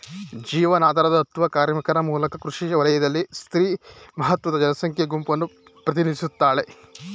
ಜೀವನಾಧಾರ ಅತ್ವ ಕಾರ್ಮಿಕರ ಮೂಲಕ ಕೃಷಿ ವಲಯದಲ್ಲಿ ಸ್ತ್ರೀ ಮಹತ್ವದ ಜನಸಂಖ್ಯಾ ಗುಂಪನ್ನು ಪ್ರತಿನಿಧಿಸ್ತಾಳೆ